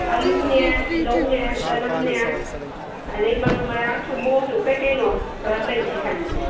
ꯑꯥꯂꯨꯅꯦ ꯇꯤꯜꯍꯧꯅꯦ ꯆꯅꯝꯅꯦ ꯑꯗꯩ ꯃꯔꯨ ꯃꯔꯥꯡꯁꯨ ꯃꯣꯔꯣꯛꯁꯨ ꯀꯩꯀꯩꯅꯣ ꯈꯔ ꯂꯩꯒꯦ ꯈꯟꯕꯅꯦ